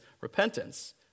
repentance